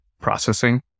processing